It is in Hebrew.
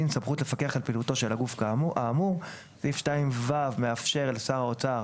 סמכות לפקח על פעילותו של הגוף האמור; סעיף 2(ו) מאפשר לשר האוצר,